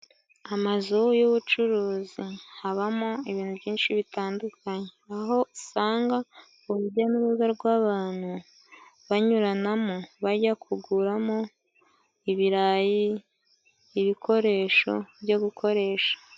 Amazu y'ubucuruzi habamo ibintu byinshi bitandukanye aho usanga urujya n'uruza rw'abantu banyuranamo bajya kuguramo ibirayi, ibikoresho byo gukoresha.